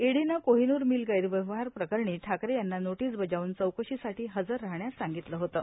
ईडीनं कोहीनूर मिल गैरव्यवहार प्रकरणी ठाकरे यांना नोटीस बजावून चौकषीसाठी हजर राहण्यास सांगितलं होतं